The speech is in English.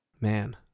Man